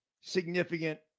significant